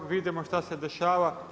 Vidimo što se dešava.